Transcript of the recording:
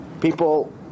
people